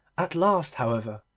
at last, however,